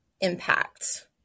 impact